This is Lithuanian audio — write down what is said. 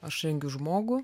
aš rengiu žmogų